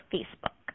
Facebook